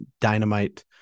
dynamite